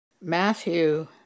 Matthew